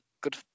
good